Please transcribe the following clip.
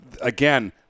again